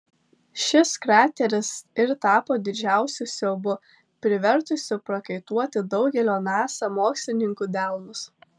šis krateris ir tapo didžiausiu siaubu privertusiu prakaituoti daugelio nasa mokslininkų delnus